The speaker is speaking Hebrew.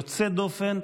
יוצא דופן,